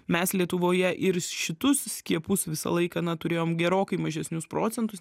mes lietuvoje ir šitus skiepus visą laiką na turėjom gerokai mažesnius procentus